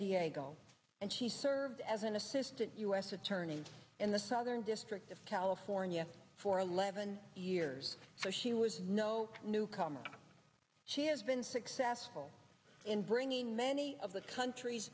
diego and she served as an assistant u s attorney in the southern district of california for eleven years so she was no newcomer she has been successful in bringing many of the countr